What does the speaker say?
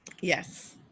Yes